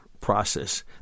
process